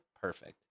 perfect